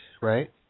right